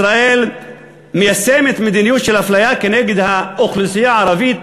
ישראל מיישמת מדיניות של אפליה כנגד האוכלוסייה הערבית,